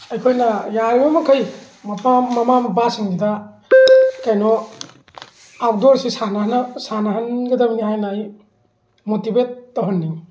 ꯑꯩꯈꯣꯏꯅ ꯌꯥꯔꯤꯕ ꯃꯈꯩ ꯃꯄꯥ ꯃꯃꯥ ꯃꯄꯥꯁꯤꯡꯁꯤꯗ ꯀꯩꯅꯣ ꯑꯥꯎꯠꯗꯣꯔꯁꯤ ꯁꯥꯟꯅꯍꯜꯂ ꯁꯥꯟꯅꯍꯟꯒꯗꯕꯅꯤ ꯍꯥꯏꯅ ꯑꯩ ꯃꯣꯇꯤꯚꯦꯠ ꯇꯧꯍꯟꯅꯤꯡꯉꯤ